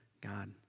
God